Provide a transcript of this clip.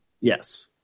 Yes